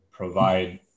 Provide